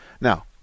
Now